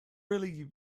really